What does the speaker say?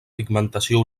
pigmentació